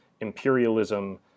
imperialism